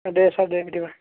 दे सार दे बिदिबा